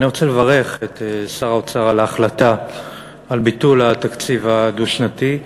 אני רוצה לברך את שר האוצר על ההחלטה על ביטול התקציב הדו-שנתי,